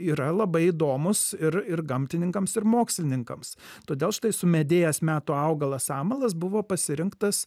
yra labai įdomūs ir ir gamtininkams ir mokslininkams todėl štai sumedėjęs metų augalas amalas buvo pasirinktas